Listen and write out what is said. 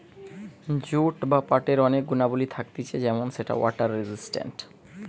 jute বা পাটের অনেক গুণাবলী থাকতিছে যেমন সেটা ওয়াটার রেসিস্টেন্ট